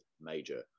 major